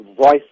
voice